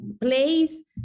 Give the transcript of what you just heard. place